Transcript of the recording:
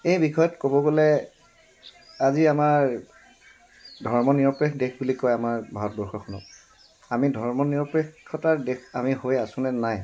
এই বিষয়ত ক'ব গ'লে আজি আমাৰ ধৰ্ম নিৰপেক্ষ দেশ বুলি কয় আমাৰ ভাৰতবৰ্ষখনক আমি ধৰ্ম নিৰপেক্ষতাৰ দেশ আমি হৈ আছোঁনে নাই